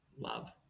love